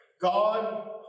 God